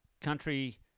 country